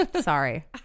Sorry